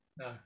No